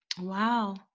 wow